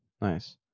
nice